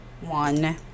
one